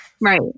Right